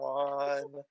one